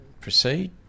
proceed